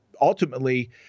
ultimately